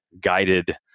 guided